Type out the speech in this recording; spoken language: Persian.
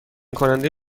کننده